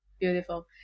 Beautiful